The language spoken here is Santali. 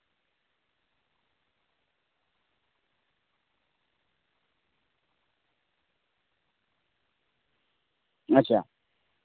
ᱟᱪᱪᱷᱟ